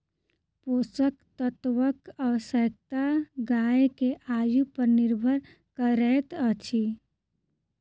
पोषक तत्वक आवश्यकता गाय के आयु पर निर्भर करैत अछि